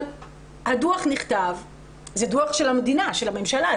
אבל הדוח נכתב, זה דוח של המדינה, של הממשלה.